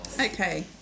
Okay